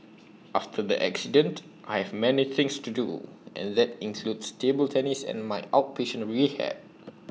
after the accident I have many things to do and that includes table tennis and my outpatient rehab